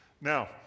Now